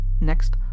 Next